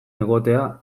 egotea